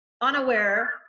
unaware